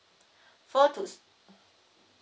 four to